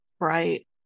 right